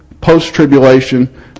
post-tribulation